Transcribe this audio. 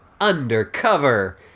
undercover